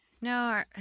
No